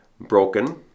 broken